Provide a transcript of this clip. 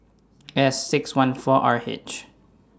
S six one four R H